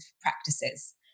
practices